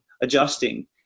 adjusting